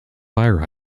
fire